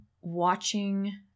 watching